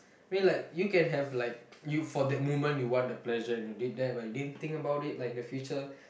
I mean like you can have like you for that moment you want the pleasure and you did that but you didn't think about it like in the future